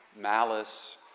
malice